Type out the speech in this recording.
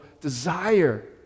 desire